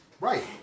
Right